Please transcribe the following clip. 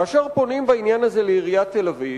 כאשר פונים בעניין הזה לעיריית תל-אביב,